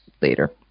later